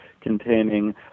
containing